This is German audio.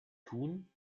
tun